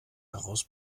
daraus